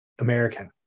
American